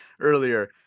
earlier